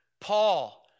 Paul